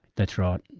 that's right.